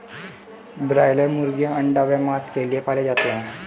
broiler मुर्गीयां अंडा व मांस के लिए पाले जाते हैं